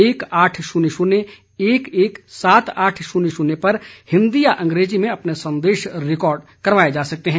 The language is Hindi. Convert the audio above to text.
एक आठ शून्य शून्य एक एक सात आठ शून्य शून्य पर हिंदी या अंग्रेजी में अपने संदेश रिकार्ड कराए जा सकते हैं